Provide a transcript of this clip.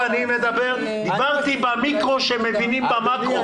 דיברתי במיקרו, שהם מבינים במקרו.